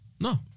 No